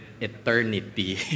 eternity